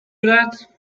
that